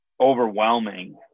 overwhelming